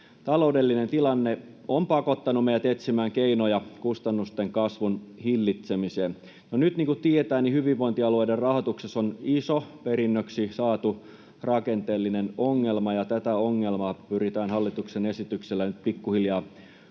Taloudellinen tilanne on pakottanut meidät etsimään keinoja kustannusten kasvun hillitsemiseen. No nyt, niin kuin tiedetään, hyvinvointialueiden rahoituksessa on iso, perinnöksi saatu rakenteellinen ongelma, ja tätä ongelmaa pyritään hallituksen esityksillä nyt pikkuhiljaa korjaamaan.